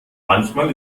manchmal